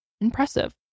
Impressive